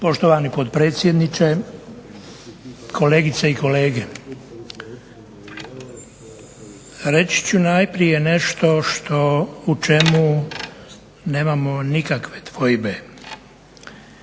Poštovani potpredsjedniče, kolegice i kolege. Reći ću najprije nešto u čemu nemamo nikakve dvojbe.